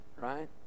right